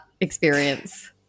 experience